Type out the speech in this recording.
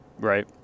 right